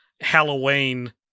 Halloween